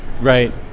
right